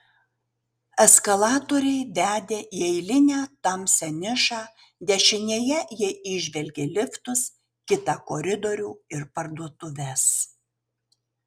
eskalatoriai vedė į eilinę tamsią nišą dešinėje jie įžvelgė liftus kitą koridorių ir parduotuves